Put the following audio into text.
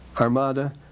Armada